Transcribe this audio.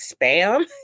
spam